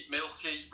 Milky